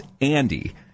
Andy